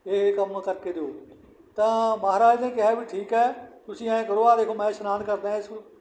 ਇਹ ਕੰਮ ਕਰਕੇ ਦਿਓ ਤਾਂ ਮਹਾਰਾਜ ਨੇ ਕਿਹਾ ਵੀ ਠੀਕ ਹੈ ਤੁਸੀਂ ਐਂ ਕਰੋ ਆ ਦੇਖੋ ਮੈਂ ਇਸ਼ਨਾਨ ਕਰਦਾ ਇਸ